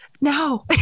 no